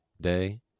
day